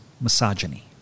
misogyny